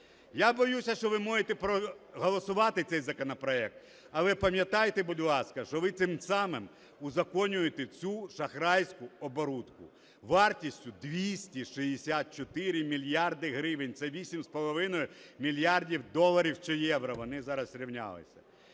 Я боюсь, що ви можете проголосувати цей законопроект, але пам'ятайте, будь ласка, що ви цим самим узаконюєте цю шахрайську оборудку вартістю 264 мільярди гривень, це 8,5 мільярдів доларів чи євро, вони зараз зрівнялися.